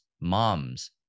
moms